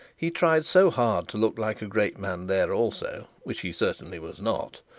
he tried so hard to look like a great man there also, which he certainly was not,